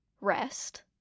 rest